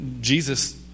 Jesus